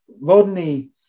Rodney